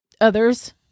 others